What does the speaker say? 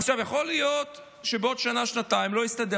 עכשיו, יכול להיות שבעוד שנה-שנתיים לא יסתדר